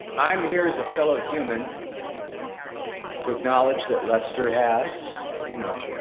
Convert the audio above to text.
i'm here as a fellow human to acknowledge that lester has as we know